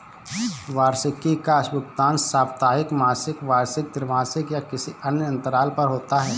वार्षिकी का भुगतान साप्ताहिक, मासिक, वार्षिक, त्रिमासिक या किसी अन्य अंतराल पर होता है